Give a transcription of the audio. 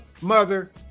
mother